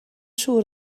siŵr